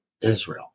Israel